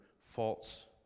false